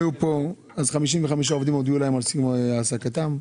אז הודיעו ל-55 עובדים על סיום העסקתם.